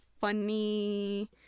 funny